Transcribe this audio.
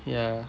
ya